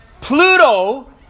Pluto